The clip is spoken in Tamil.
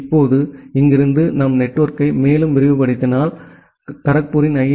இப்போது இங்கிருந்து நாம் நெட்வொர்க்கை மேலும் விரிவுபடுத்தினால் எனவே கரக்பூரின் ஐ